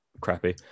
crappy